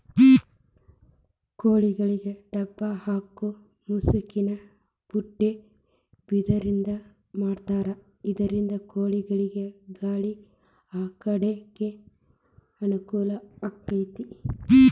ಕೋಳಿಗೆ ಡಬ್ಬ ಹಾಕು ಮುಸುಕಿನ ಬುಟ್ಟಿ ಬಿದಿರಿಂದ ಮಾಡಿರ್ತಾರ ಇದರಿಂದ ಕೋಳಿಗಳಿಗ ಗಾಳಿ ಆಡ್ಲಿಕ್ಕೆ ಅನುಕೂಲ ಆಕ್ಕೆತಿ